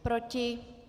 Proti?